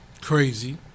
Crazy